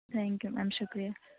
thank you ma'am شکریہ